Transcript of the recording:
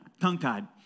tongue-tied